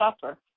suffer